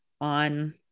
on